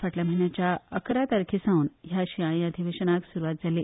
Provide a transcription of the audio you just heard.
फाटल्या म्हयन्याच्या अकरा तारखे सावन ह्या शिंयाळी अधिवेशनाक सुरवात जाल्ली